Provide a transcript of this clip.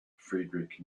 friedrich